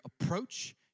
approach